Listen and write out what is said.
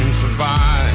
survive